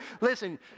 Listen